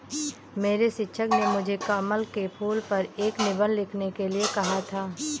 मेरे शिक्षक ने मुझे कमल के फूल पर एक निबंध लिखने के लिए कहा था